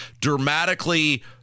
dramatically